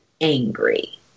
angry